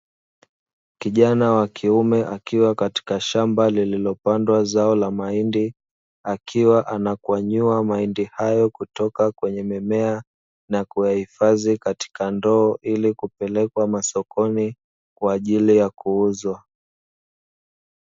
Kijana wa kiume akiwa katika shamba llililopandwa zao la mahindi akiwa anakwanyua mahindi hayo kutoka kwenye mimea na kuhifadhi katika ndoo, ili kupelekwa masokoni kwa ajili ya kuuzwa.